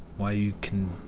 why you can